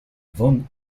von